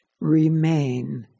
remain